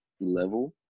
level